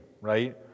right